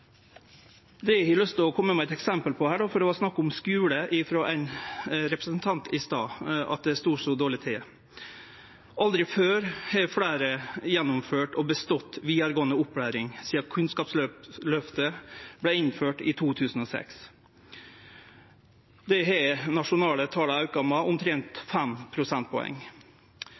kommunane. Eg har lyst til kome med eit eksempel, for det var snakk om frå ein representant i stad at det stod så dårleg til med skulen: Aldri før har fleire gjennomført og bestått vidaregåande opplæring sidan Kunnskapsløftet vart innført i 2006. Dei nasjonale tala har auka med omtrent 5 prosentpoeng.